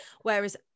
Whereas